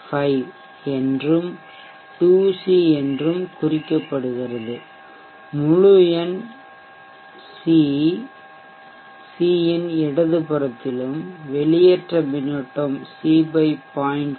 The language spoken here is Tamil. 5 என்றும் 2 சி என்றும் குறிக்கப்படுகிறது முழுஎண் C இன் இடதுபுறத்திலும் வெளியேற்ற மின்னோட்டம் C 0